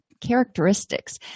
characteristics